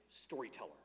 storyteller